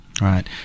Right